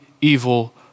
evil